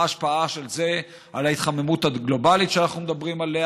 מה ההשפעה של זה על ההתחממות הגלובלית שאנחנו מדברים עליה?